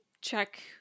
check